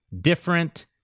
different